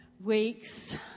weeks